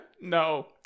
no